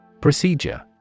Procedure